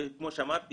כמו שאמרתי,